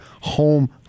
home